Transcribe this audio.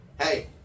hey